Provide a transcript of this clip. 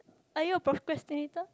are you a procrastinator